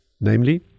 Namely